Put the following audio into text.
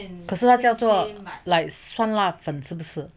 可是它叫做 like 酸辣粉是不是